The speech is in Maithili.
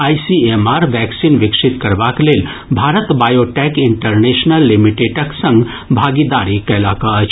आईसीएमआर वैक्सीन विकसित करबाक लेल भारत बायोटैक इंटरनेशनल लिमिटेडक संग भागीदारी कयलक अछि